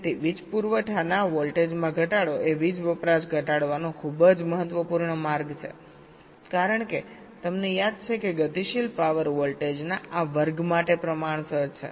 તેથી વીજ પુરવઠાના વોલ્ટેજમાં ઘટાડો એ વીજ વપરાશ ઘટાડવાનો ખૂબ જ મહત્વપૂર્ણ માર્ગ છેકારણ કે તમને યાદ છે કે ગતિશીલ પાવર વોલ્ટેજના આ વર્ગ માટે પ્રમાણસર છે